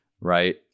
Right